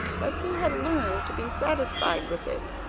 but he had learned to be satisfied with it,